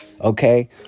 okay